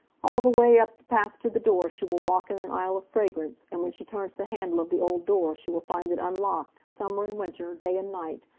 all the way up the path to the door she will walk in an aisle of fragrance, and when she turns the handle of the old door she will find it unlocked, summer and winter, day and night,